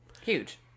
Huge